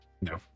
No